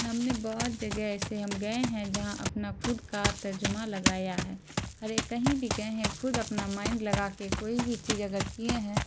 ہم نے بہت جگہ ایسے ہم گئے ہیں جہاں اپنا خود کار ترجمہ لگایا ہے اور یہ کہیں بھی گئے ہیں خود اپنا مائنڈ لگا کے کوئی بھی چیز اگر کیے ہیں